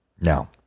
Now